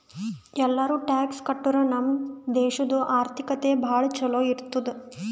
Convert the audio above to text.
ಎಲ್ಲಾರೂ ಟ್ಯಾಕ್ಸ್ ಕಟ್ಟುರ್ ನಮ್ ದೇಶಾದು ಆರ್ಥಿಕತೆ ಭಾಳ ಛಲೋ ಇರ್ತುದ್